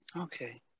Okay